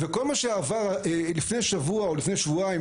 וכל מה שעבר לפני שבוע או לפני שבועיים